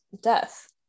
death